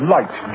Light